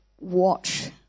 watch